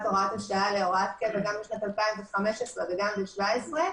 הוראת השעה להוראת קבע גם בשנת 2015 וגם ב-2017.